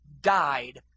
died